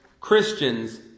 Christians